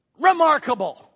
Remarkable